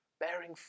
Bearing